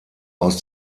aus